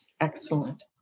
Excellent